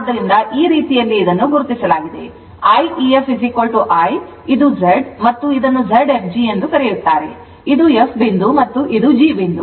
ಆದ್ದರಿಂದ ಈ ರೀತಿಯಲ್ಲಿ ಇದನ್ನು ಗುರುತಿಸಲಾಗಿದೆ I I ef I ಇದು Z ಮತ್ತು ಇದನ್ನು Zfg ಎಂದು ಕರೆಯುತ್ತಾರೆ ಇದು f ಬಿಂದು ಮತ್ತು ಇದು g ಬಿಂದು